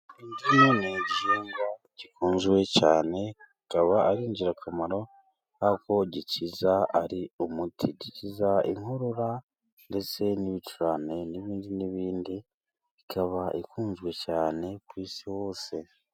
Indimu ni igihingwa gikunze cyane bikaba ari ingirakamaro Aho gikiza ari umuti. Gikiza inkorora, ndetse n'ibicurane, n'ibindi n'ibindi, ikaba ikunzwe cyane ku isi hose.